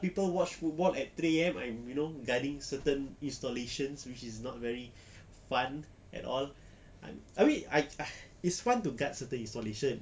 people watch football at three A_M I'm you know guarding certain installations which is not very fun at all I'm I mean I it's fun to guard certain installations